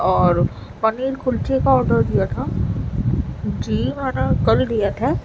اور پنیر کلچے کا آرڈر دیا تھا جی میں نے کل دیا تھا